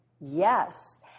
yes